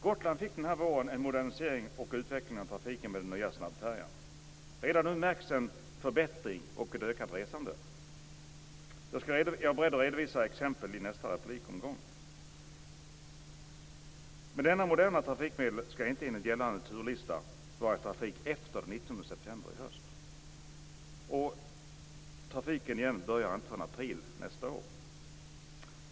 Gotland fick den här våren en modernisering och utveckling av trafiken med den nya snabbfärjan. Redan nu märks en förbättring och ett ökat resande. Jag är beredd att redovisa exempel i nästa replikomgång. Men detta moderna trafikmedel skall inte enligt gällande turlista vara i trafik efter den 19 september i höst, och trafiken börjar inte igen förrän i april nästa år.